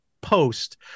post